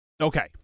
Okay